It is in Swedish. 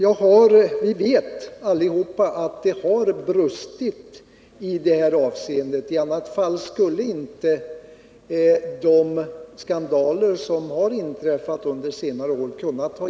Vi vet allesammans att det har brustit i det avseendet. I annat fall skulle vi inte ha haft de skandaler som inträffat under senare år.